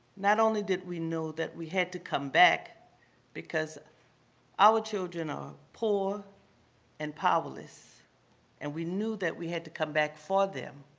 not only did we know that we had to come back because our children are poor and powerless and we knew that we had to come back for them,